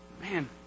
Man